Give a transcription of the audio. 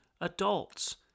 adults